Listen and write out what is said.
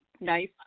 nice